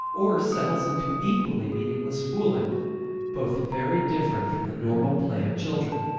or settles into equally meaningless fooling both very different from the normal play of children.